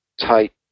tight